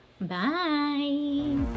Bye